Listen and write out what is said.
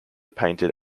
painted